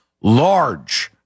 large